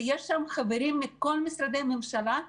וחברים בה נציגים מכל משרדי הממשלה,